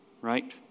right